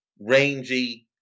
rangy